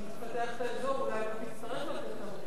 אם תפתח את האזור, אולי לא תצטרך לתת תמריץ.